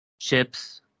chips